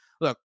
Look